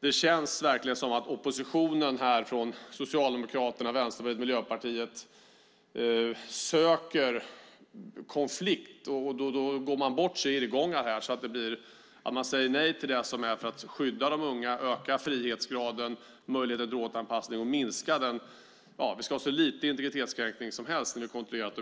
Det känns som om Socialdemokraterna, Vänsterpartiet och Miljöpartiet söker konflikt här. Man virrar bort sig i irrgångar och säger nej till det som skyddar de unga, ökar frihetsgraden och möjligheten till återanpassning och minskar graden av integritetskränkning vid kontroll av